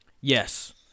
Yes